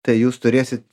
tai jūs turėsit